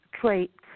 traits